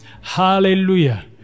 hallelujah